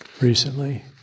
recently